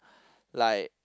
like